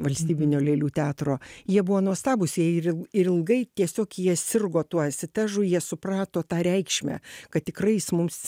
valstybinio lėlių teatro jie buvo nuostabūs jie ir il ir ilgai tiesiog jie sirgo tuo asitažu jie suprato tą reikšmę kad tikrai jis mums